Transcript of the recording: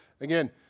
Again